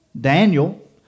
Daniel